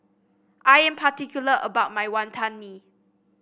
I am particular about my Wantan Mee